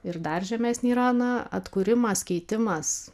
ir dar žemesnė yra na atkūrimas keitimas